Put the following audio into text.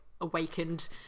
awakened